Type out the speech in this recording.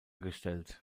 gestellt